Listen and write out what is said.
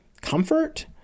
comfort